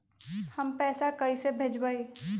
हम पैसा कईसे भेजबई?